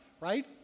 right